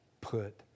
put